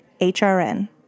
HRN